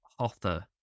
Hotha